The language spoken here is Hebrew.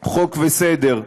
חוק וסדר,